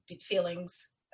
feelings